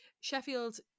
Sheffield